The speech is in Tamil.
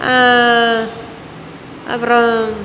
அப்புறம்